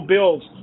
Bills